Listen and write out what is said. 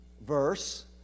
verse